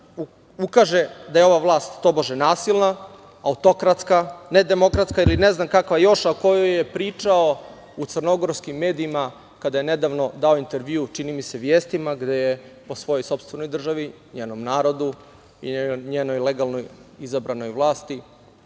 ukaže da je ova vlast tobože nasilna, autokratska, nedemokratska ili ne znam kakva još, a o kojoj je pričao u crnogorskim medijima kada je nedavno dao intervju, čini mi se, „Vestima“, gde je o svojoj sopstvenoj državi, njenom narodu i njenoj legalno izabranoj vlasti